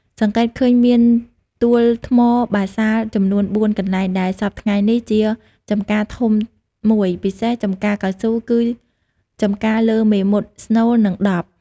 សង្កេតឃើញមានទួលថ្មបាសាល់ចំនួន ៤ កន្លែង ដែលសព្វថ្ងៃនេះ ជា ចំការធំ១ ពិសេស ចំការកៅស៊ូ គឺ ចំការលើ មេមត់ ស្នូល និង ដប់ ។